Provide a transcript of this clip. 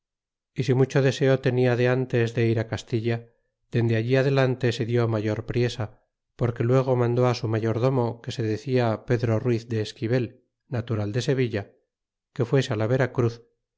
y si mucho deseo tenia de ntes de ir á castilla dende allí adelante se dió mayor priesa porque luego mandó su mayordomo que se decia pedro ruiz de esquivel natural de sevilla que fuese la vera cruz